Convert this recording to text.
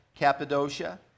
Cappadocia